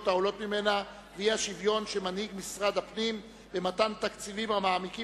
העולות ממנה והאי-שוויון שמנהיג משרד הפנים במתן תקציבים המעמיקים